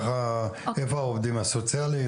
איפה העובדים הסוציאליים,